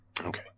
Okay